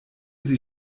sie